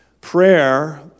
Prayer